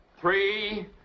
three